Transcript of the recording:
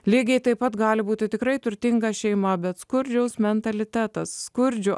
lygiai taip pat gali būti tikrai turtinga šeima bet skurdžiaus mentalitetas skurdžių